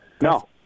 No